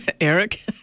Eric